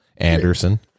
anderson